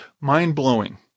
mind-blowing